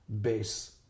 base